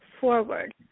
forward